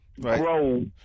grow